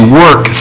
work